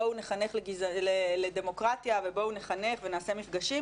בואו נחנך לדמוקרטיה ובואו נחנך ונעשה מפגשים,